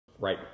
Right